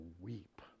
weep